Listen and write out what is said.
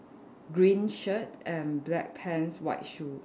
green shirt and black pants white shoe